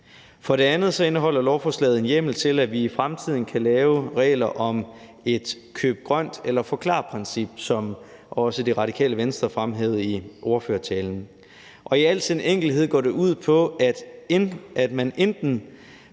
For det andet indeholder lovforslaget en hjemmel til, at vi i fremtiden kan lave regler om et køb grønt, eller forklar-princip, som også Det Radikale Venstre fremhævede i ordførertalen. I al sin enkelhed går det ud på, at man enten